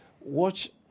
watch